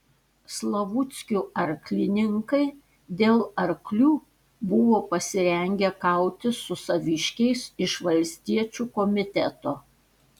slavuckių arklininkai dėl arklių buvo pasirengę kautis su saviškiais iš valstiečių komiteto